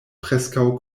preskaŭ